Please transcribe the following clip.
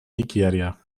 nigeria